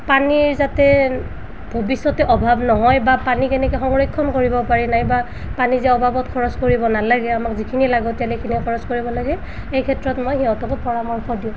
পানীৰ যাতে ভৱিষ্যতে অভাৱ নহয় বা পানী কেনেকৈ সংৰক্ষণ কৰিব পাৰি নাইবা পানী যে অবাবত খৰচ কৰিব নালাগে আমাক যিখিনি লাগতীয়াল সেইখিনিয়ে খৰচ কৰিব লাগে এই ক্ষেত্ৰত মই সিহঁতকো পৰামৰ্শ দিওঁ